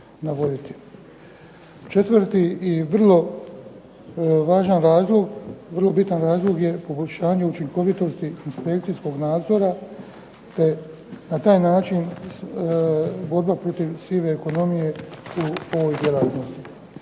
Četvrti i vrlo važan razlog, vrlo bitan razlog je poboljšanje učinkovitosti inspekcijskog nadzora. Na taj način … /Govornik se ne razumije./… sive ekonomije u ovoj djelatnosti.